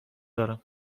دارم